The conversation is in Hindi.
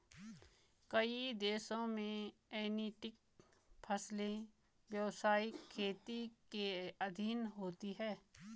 कई देशों में जेनेटिक फसलें व्यवसायिक खेती के अधीन होती हैं